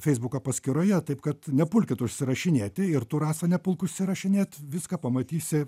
feisbuko paskyroje taip kad nepulkit užsirašinėti ir tu rasa nepulk užsirašinėt viską pamatysi